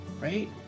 right